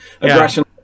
aggression